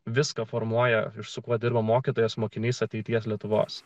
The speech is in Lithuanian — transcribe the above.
viską formuoja iš su kuo dirba mokytojas mokinys ateities lietuvos